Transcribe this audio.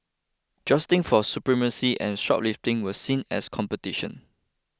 jostling for supremacy and shoplifting were seen as competition